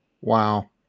Wow